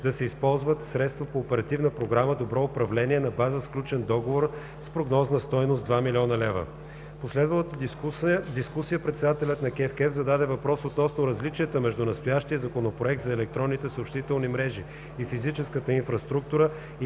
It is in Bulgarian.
да се използват средства по Оперативна програма „Добро управление“ на база сключен договор с прогнозна стойност 2 млн. лева. В последвалата дискусия господин Кристиан Вигенин зададе въпрос относно различията между настоящия Законопроект за електронните съобщителни мрежи и физическата инфраструктура